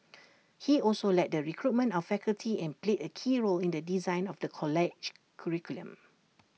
he also led the recruitment of faculty and played A key role in the design of the college's curriculum